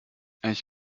ich